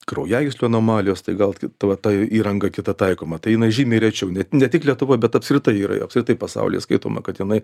kraujagyslių anomalijos tai gal kita va ta įranga kita taikoma tai jinai žymiai rečiau ne ne tik lietuvoj bet apskritai yra ir apskritai pasaulyje skaitoma kad jinai